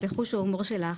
וחוש ההומור שלך,